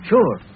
Sure